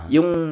Yung